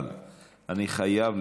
אבל אני חייב,